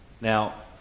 Now